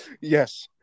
Yes